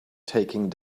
taking